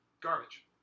Garbage